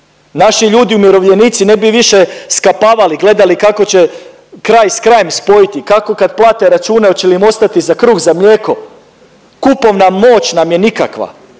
naši ljudi umirovljenici ne bi više skapavali, gledali kako će kraj s krajem spojiti, kako kad plate račune oće li im ostati za kruh, za mlijeko. Kupovna moć nam je nikakva,